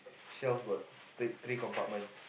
shelf got three three compartments